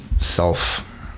self